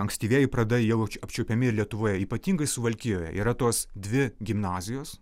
ankstyvieji pradai jau apčiuopiami ir lietuvoje ypatingai suvalkijoje yra tos dvi gimnazijos